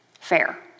fair